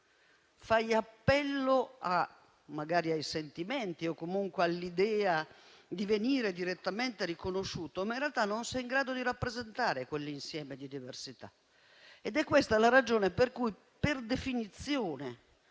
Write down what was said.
Fai appello magari ai sentimenti o comunque all'idea di venire direttamente riconosciuto, ma in realtà non sei in grado di rappresentare quell'insieme di diversità. È questa la ragione per cui, per definizione,